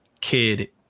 kid